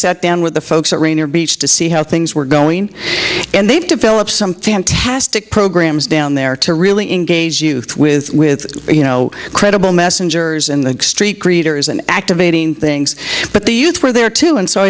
sat down with the folks at rainier beach to see how things were going and they've developed some fantastic programs down there to really engage youth with with you know credible messengers in the street greeters and activating things but the youth were there too and so i